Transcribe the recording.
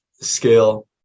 scale